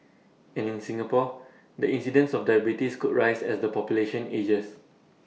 and in Singapore the incidence of diabetes could rise as the population ages